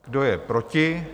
Kdo je proti?